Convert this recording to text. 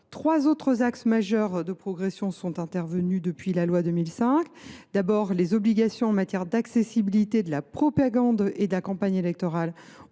trois autres axes majeurs de progression sont intervenus. Premièrement, les obligations en matière d’accessibilité de la propagande et de la campagne électorales